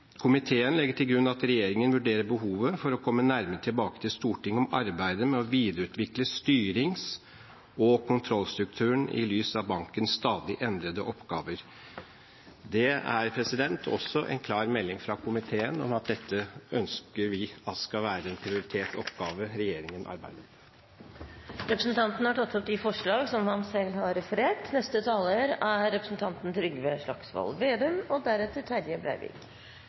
komiteen. Jeg siterer fra merknadene: «Komiteen legger til grunn at regjeringen vurderer behovet for å komme nærmere tilbake til Stortinget om arbeidet med å videreutvikle styrings- og kontrollstrukturen i lys av bankens stadig endrede oppgaver». Det er også en klar melding fra komiteen om at dette ønsker vi at skal være en prioritert oppgave regjeringen arbeider med. Representanten Hans Olav Syversen har tatt opp de forslagene han refererte til. Til høsten skal jeg etter all sannsynlighet høste av et arbeid som